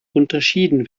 unterschieden